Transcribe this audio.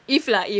if lah if